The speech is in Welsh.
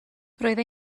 roedd